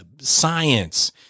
science